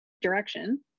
direction